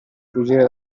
fuggire